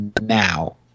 now